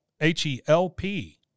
H-E-L-P